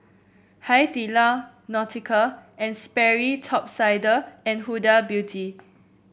Hai Di Lao Nautica And Sperry Top Sider and Huda Beauty